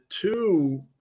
two